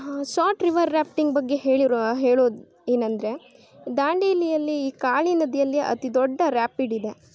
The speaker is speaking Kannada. ಶಾರ್ಟ್ ರಿವರ್ ರ್ಯಾಫ್ಟಿಂಗ್ ಬಗ್ಗೆ ಹೇಳಿರುವ ಹೇಳೋದು ಏನೆಂದ್ರೆ ದಾಂಡೇಲಿಯಲ್ಲಿ ಈ ಕಾಳಿ ನದಿಯಲ್ಲಿ ಅತಿ ದೊಡ್ಡ ರ್ಯಾಪಿಡ್ ಇದೆ